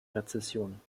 rezession